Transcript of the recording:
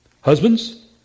Husbands